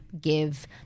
give